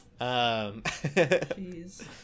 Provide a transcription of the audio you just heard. Jeez